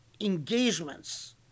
engagements